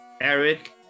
Eric